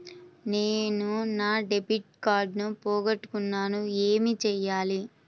నేను నా debit card పోగొట్టుకున్నాను ఏమి చేయాలి?